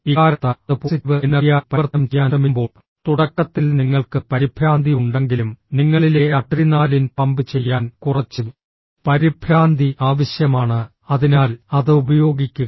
ഇക്കാരണത്താൽ അത് പോസിറ്റീവ് എനർജിയായി പരിവർത്തനം ചെയ്യാൻ ശ്രമിക്കുമ്പോൾ തുടക്കത്തിൽ നിങ്ങൾക്ക് പരിഭ്രാന്തി ഉണ്ടെങ്കിലും നിങ്ങളിലെ അഡ്രിനാലിൻ പമ്പ് ചെയ്യാൻ കുറച്ച് പരിഭ്രാന്തി ആവശ്യമാണ് അതിനാൽ അത് ഉപയോഗിക്കുക